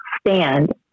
stand